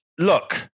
Look